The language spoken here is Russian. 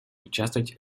участвовать